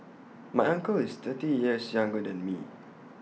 my uncle is thirty years younger than me